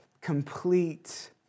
complete